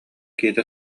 киһитэ